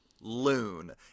loon